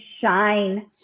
shine